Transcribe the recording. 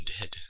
dead